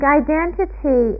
identity